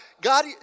God